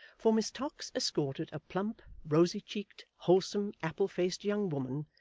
for miss tox escorted a plump rosy-cheeked wholesome apple-faced young woman,